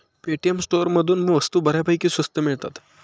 Paytm स्टोअरमधून वस्तू बऱ्यापैकी स्वस्त मिळतात